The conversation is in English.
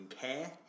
care